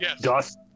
dust